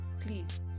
Please